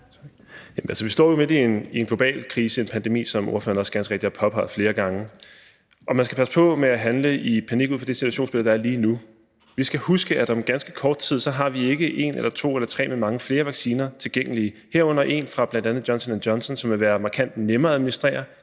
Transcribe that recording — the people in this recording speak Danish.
vi står jo midt i en global krise, en pandemi, som hr. Peder Hvelplund også ganske rigtigt har påpeget flere gange, og man skal passe på med at handle i panik ud fra det situationsbillede, der er lige nu. Vi skal huske, at om ganske kort tid har vi ikke en eller to eller tre, men mange flere vacciner tilgængelige, herunder en fra bl.a. Johnson & Johnson, som vil være markant nemmere at administrere.